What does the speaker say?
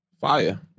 Fire